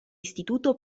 istituto